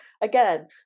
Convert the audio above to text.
again